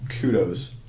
kudos